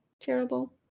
Terrible